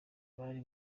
bari